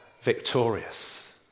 victorious